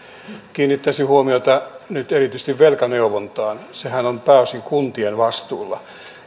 kiinnittäisin huomiota nyt erityisesti velkaneuvontaan sehän on pääosin kuntien vastuulla